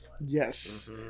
Yes